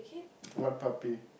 what puppy